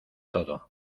todo